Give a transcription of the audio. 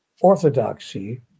orthodoxy